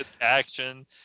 action